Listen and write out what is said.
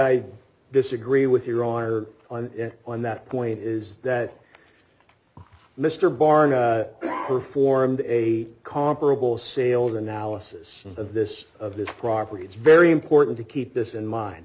i disagree with your honor on that point is that mr barnett performed a comparable sales analysis of this of this property it's very important to keep this in mind